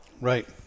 Right